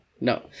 no